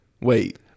wait